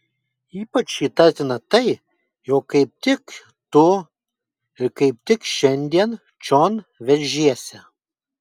ypač įtartina tai jog kaip tik tu ir kaip tik šiandien čion veržiesi